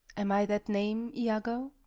am i that name, iago?